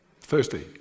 Thursday